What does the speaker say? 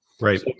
Right